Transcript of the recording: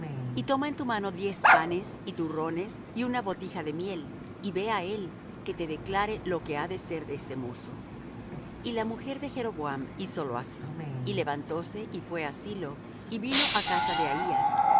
y toma en tu mano diez panes y turrones y una botija de miel y ve á él que te declare lo que ha de ser de este mozo y la mujer de jeroboam hízolo así y levantóse y fué á silo y vino á casa de ahías